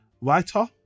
writer